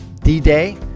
D-Day